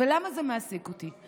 ולמה זה מעסיק אותי?